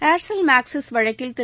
Aircel Maxis வழக்கில் திரு